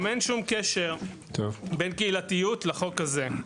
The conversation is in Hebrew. גם אין שום קשר בין קהילתיות לחוק הזה.